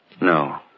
No